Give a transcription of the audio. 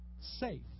safe